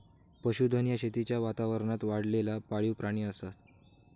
पशुधन ह्या शेतीच्या वातावरणात वाढलेला पाळीव प्राणी असत